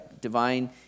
divine